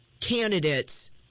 candidates